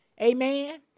amen